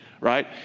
right